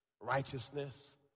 righteousness